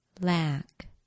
Lack